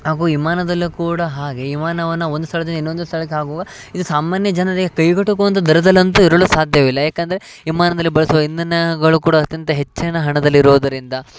ಹಾಗೂ ವಿಮಾನದಲ್ಲೂ ಕೂಡ ಹಾಗೆ ವಿಮಾನವನ್ನ ಒಂದು ಸ್ಥಳದಿಂದ ಇನ್ನೊಂದು ಸ್ಥಳಕ್ಕೆ ಆಗುವ ಇದು ಸಾಮಾನ್ಯ ಜನರಿಗೆ ಕೈಗೆಟುಕುವಂಥ ದರದಲ್ಲಿ ಅಂತೂ ಇರಲು ಸಾಧ್ಯವಿಲ್ಲ ಯಾಕಂದರೆ ವಿಮಾನದಲ್ಲಿ ಬಳಸುವ ಇಂಧನಗಳು ಕೂಡ ಅತ್ಯಂತ ಹೆಚ್ಚಿನ ಹಣದಲ್ಲಿರೋದರಿಂದ